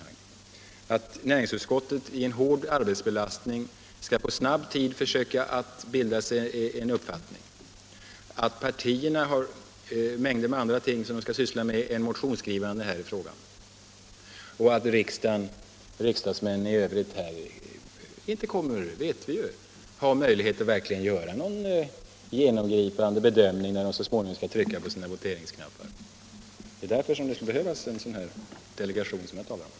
Det får inte bli så att näringsutskottet tvingas att, på kort tid och under i övrigt stor arbetsbelastning, försöka bilda sig en uppfattning. Under dessa perioder har också partierna en mängd andra ting att syssla med än att skriva motioner i den här frågan. De riksdagsmän som inte tillhör näringsutskottet får inte heller — om det går så snabbt som tidigare — möjlighet att göra någon genomgripande bedömning innan de så småningom skall trycka på sina voteringsknappar. Det är därför det skulle behövas en sådan delegation som jag talar om.